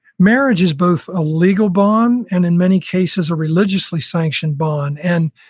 marriage is both a legal bond and in many cases a religiously sanctioned bond, and